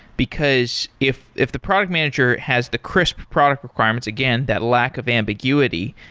because if if the product manager has the crisp product requirements, again, that lack of ambiguity,